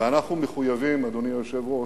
ואנחנו מחויבים, אדוני היושב-ראש,